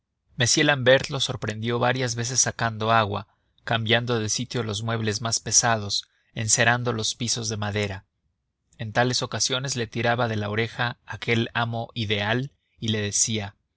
m l'ambert lo sorprendió varias veces sacando agua cambiando de sitio los muebles más pesados encerando los pisos de madera en tales ocasiones le tiraba de la oreja aquel amo ideal y le decía